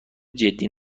جدی